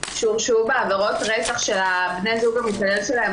שהורשעו בעבירות רצח של בן הזוג המתעלל שלהן,